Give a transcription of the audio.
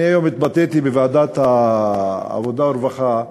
אני היום התבטאתי בוועדת העבודה והרווחה,